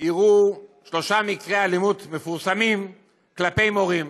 אירעו שלושה מקרי אלימות מפורסמים כלפי מורים,